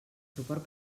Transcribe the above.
suport